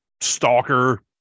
stalker